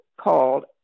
called